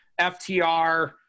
FTR